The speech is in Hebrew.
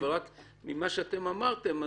רק ממה שאתם אמרתם.